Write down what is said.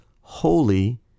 holy